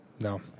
No